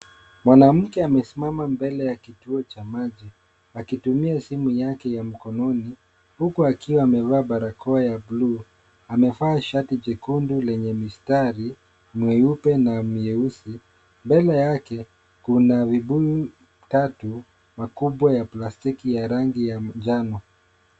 Mwanamke amesimama mbele ya kituo cha maji akitumia simu yake ya mkononi huku akiwa amevaa barakoa ya bluu. Amevaa shati jekundu lenye mistari mweupe na mweusi mbele yake kuna vibuyu tatu kubwa ya plastiki ya rangi ya njano.